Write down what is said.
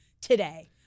today